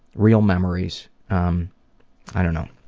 real memories um i don't know.